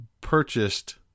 purchased